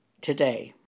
today